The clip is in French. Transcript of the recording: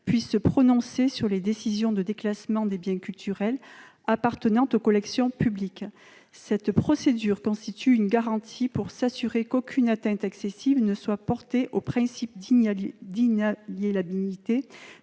puisse se prononcer sur les décisions de déclassement des biens culturels appartenant aux collections publiques. Cette procédure constitue une garantie qu'aucune atteinte excessive n'est portée au principe d'inaliénabilité